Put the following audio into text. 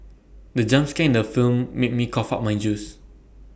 the jump scare in the film made me cough out my juice